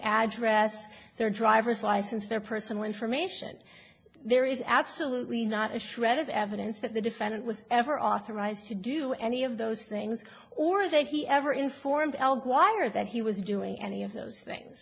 address their driver's license their personal information there is absolutely not a shred of evidence that the defendant was ever authorized to do any of those things or they'd he ever informed elde wire that he was doing any of those things